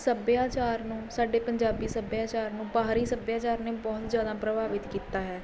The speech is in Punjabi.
ਸੱਭਿਆਚਾਰ ਨੂੰ ਸਾਡੇ ਪੰਜਾਬੀ ਸੱਭਿਆਚਾਰ ਨੂੰ ਬਾਹਰੀ ਸੱਭਿਆਚਾਰ ਨੇ ਬਹੁਤ ਜ਼ਿਆਦਾ ਪ੍ਰਭਾਵਿਤ ਕੀਤਾ ਹੈ